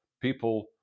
people